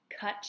Cut